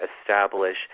establish